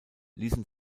ließen